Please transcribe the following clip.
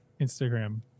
Instagram